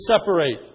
separate